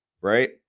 right